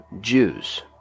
Jews